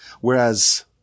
Whereas